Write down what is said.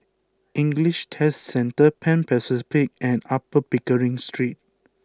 English Test Centre Pan Pacific and Upper Pickering Street